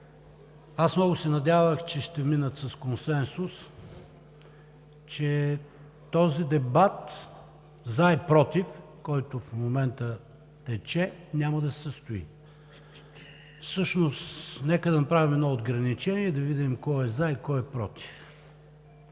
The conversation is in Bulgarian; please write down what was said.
аз много се надявах, че ще минат с консенсус, че този дебат „за“ и „против“, който в момента тече, няма да се състои. Всъщност нека да направим едно отграничение и да видим кой е „за“ и кой е „против“.